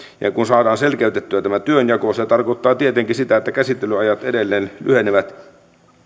ja kun saadaan selkeytettyä tämä työnjako se tarkoittaa tietenkin sitä että käsittelyajat edelleen lyhenevät